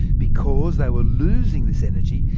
because they were losing this energy,